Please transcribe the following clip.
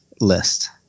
list